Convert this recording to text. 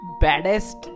baddest